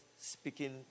speaking